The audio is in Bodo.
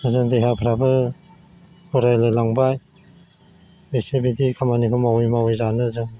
ओजों देहाफ्राबो बोरायलाय लांबाय बेसे बिदि खामानिखौ मावै मावै जानो जों